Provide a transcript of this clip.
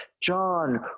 John